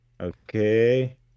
Okay